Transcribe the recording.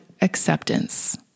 acceptance